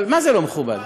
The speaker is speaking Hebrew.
זה לא מכובד.